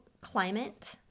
climate